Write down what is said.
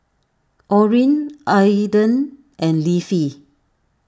Orrin Adan and Leafy